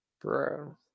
bro